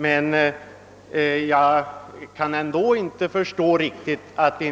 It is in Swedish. Men jag kan ändå inte riktigt förstå att